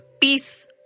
peace